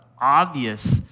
obvious